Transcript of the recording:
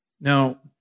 Now